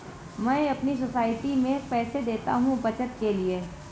मैं अपने सोसाइटी में पैसे देता हूं बचत के लिए